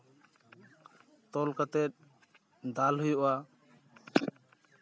ᱛᱚᱞ ᱠᱟᱛᱮᱫ ᱫᱟᱞ ᱦᱩᱭᱩᱜᱼᱟ